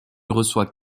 reçoit